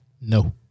No